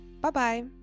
bye-bye